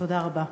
תודה רבה.